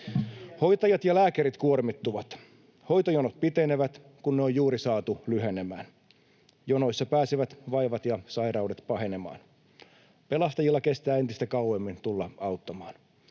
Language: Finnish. Hoitajat ja lääkärit kuormittuvat. Hoitojonot pitenevät, kun ne on juuri saatu lyhenemään. Jonoissa pääsevät vaivat ja sairaudet pahenemaan. Pelastajilla kestää entistä kauemmin tulla auttamaan.